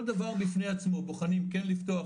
כל דבר בפני עצמו בוחנים כן לפתוח,